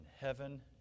heaven